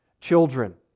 children